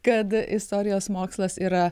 kad istorijos mokslas yra